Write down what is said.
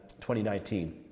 2019